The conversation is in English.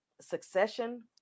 succession